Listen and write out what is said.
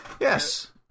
Yes